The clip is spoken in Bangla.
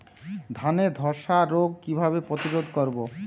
ধানে ধ্বসা রোগ কিভাবে প্রতিরোধ করব?